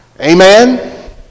amen